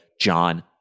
John